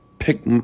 Pick